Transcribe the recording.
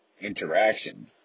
interaction